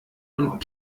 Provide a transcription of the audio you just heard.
und